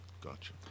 Gotcha